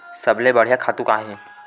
सबले बढ़िया खातु का हे?